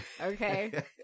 Okay